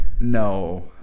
No